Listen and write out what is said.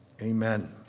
amen